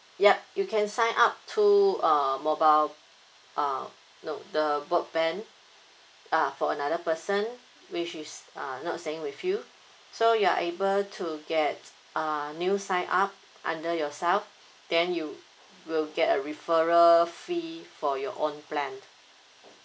yup you can sign up two uh mobile uh no the broadband ah for another person which is uh not staying with you so you are able to get a new sign up under yourself then you will get a referral fee for your own plan